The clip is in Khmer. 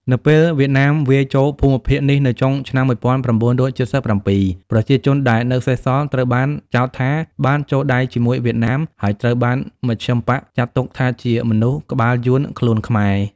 នៅពេលវៀតណាមវាយចូលភូមិភាគនេះនៅចុងឆ្នាំ ១៩៧៧ ប្រជាជនដែលនៅសេសសល់ត្រូវបានចោទថាបានចូលដៃជាមួយវៀតណាម ហើយត្រូវបានមជ្ឈិមបក្សចាត់ទុកថាជាមនុស្ស "ក្បាលយួន ខ្លួនខ្មែរ"។